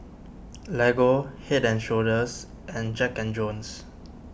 Lego Head and Shoulders and Jack and Jones